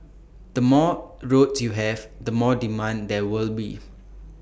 the more roads you have the more demand there will be